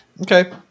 Okay